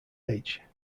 age